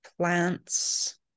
plants